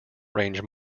range